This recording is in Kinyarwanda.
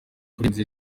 kurenza